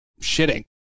shitting